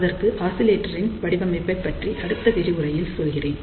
அதற்கு ஆசிலேட்டரின் வடிவமைப்பை பற்றி அடுத்த விரிவுரையில் சொல்கிறேன்